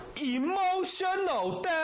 EMOTIONAL